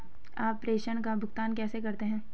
आप प्रेषण का भुगतान कैसे करते हैं?